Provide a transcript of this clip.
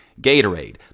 Gatorade